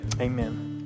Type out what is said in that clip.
Amen